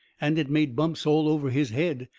and it made bumps all over his head,